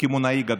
קמעונאי גדול.